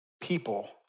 people